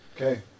Okay